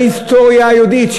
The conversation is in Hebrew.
בהיסטוריה היהודית,